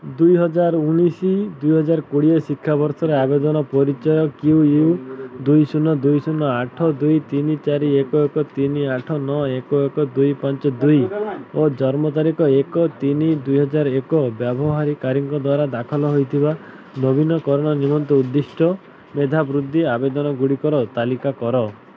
ଦୁଇ ହଜାର ଉଣେଇଶି ଦୁଇ ହଜାର କୋଡ଼ିଏ ଶିକ୍ଷାବର୍ଷରେ ଆବେଦନ ପରିଚୟ କ୍ୟୁ ୟୁ ଦୁଇ ଶୂନ ଦୁଇ ଶୂନ ଆଠ ଦୁଇ ତିନି ଚାରି ଏକ ଏକ ତିନି ଆଠ ନଅ ଏକ ଏକ ଦୁଇ ପାଞ୍ଚ ଦୁଇ ଓ ଜନ୍ମ ତାରିଖ ଏକ ତିନି ଦୁଇ ହଜାର ଏକ ବ୍ୟବହାରକାରୀଙ୍କ ଦ୍ଵାରା ଦାଖଲ ହୋଇଥିବା ନବୀନକରଣ ନିମନ୍ତେ ଉଦ୍ଦିଷ୍ଟ ମେଧାବୃତ୍ତି ଆବେଦନ ଗୁଡ଼ିକର ତାଲିକା କର